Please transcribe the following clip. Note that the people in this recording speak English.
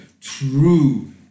true